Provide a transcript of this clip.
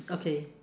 okay